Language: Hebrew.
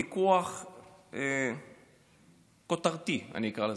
"ויכוח כותרתי" אקרא לזה,